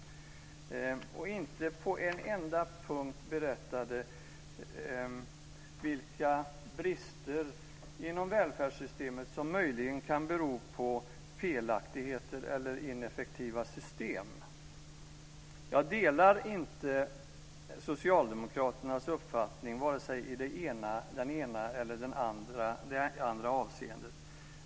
Men hon berättade inte på en enda punkt vilka brister inom välfärdssystemet som möjligen kan bero på felaktigheter eller ineffektiva system. Jag delar inte Socialdemokraternas uppfattning vare sig i det ena eller i det andra avseendet.